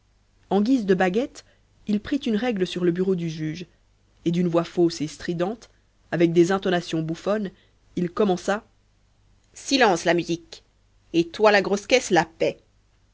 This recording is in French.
en guise de baguette il prit une règle sur le bureau du juge et d'une voix fausse et stridente avec des intonations bouffonnes il commença silence la musique et toi la grosse caisse la paix